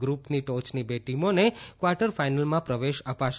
ગ્રુપની ટોચની બે ટીમો ને ક્વાર્ટર ફાઇનલમાં પ્રવેશ અપાશે